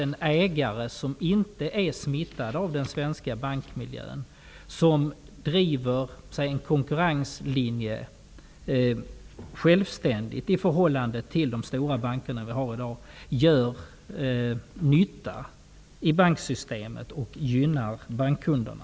En ägare som inte är smittad av den svenska bankmiljön och som självständigt driver en konkurrenslinje, i förhållande till de stora banker vi har i dag, gör nytta i banksystemet och gynnar bankkunderna.